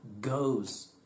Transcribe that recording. goes